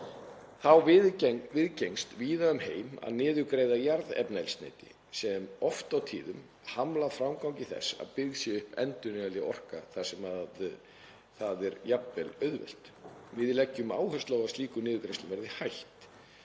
Þá viðgengst víða um heim að niðurgreiða jarðefnaeldsneyti sem oft og tíðum hamla framgangi þess að byggð sé upp endurnýjanleg orka þar sem það er jafnvel auðvelt. Við leggjum áherslu á að slíkum niðurgreiðslum verði hætt.